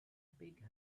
big